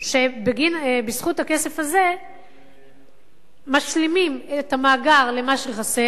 שבזכות הכסף הזה משלימים את המאגר במה שחסר,